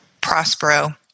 Prospero